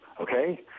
okay